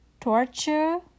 torture